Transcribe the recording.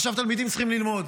עכשיו, תלמידים צריכים ללמוד,